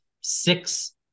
six